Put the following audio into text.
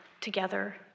together